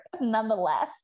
nonetheless